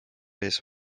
ees